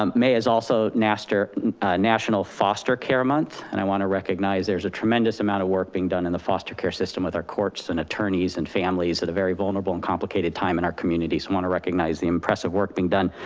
um may is also national ah national foster care month and i wanna recognize there's a tremendous amount of work being done in the foster care system with our courts and attorneys and families at a very vulnerable and complicated time in our communities. i wanna recognize the impressive work being done.